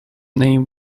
name